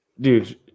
Dude